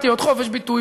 אחרון.